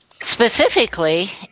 Specifically